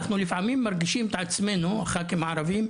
אנחנו לפעמים מרגישים את עצמנו הח"כים הערבים,